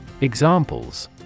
Examples